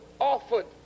offered